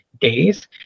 days